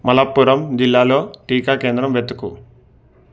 మలప్పురం జిల్లాలో టీకా కేంద్రం వెతుకు